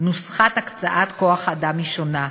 נוסחת הקצאת כוח-האדם היא שונה,